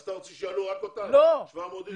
אתה רצה שיעלו רק אותם, את ה-700 אנשים?